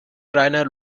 reiner